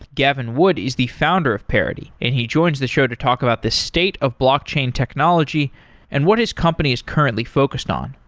gavin wood is the founder of parity and he joins the show to talk about the state of blockchain technology and what his company is currently focused on.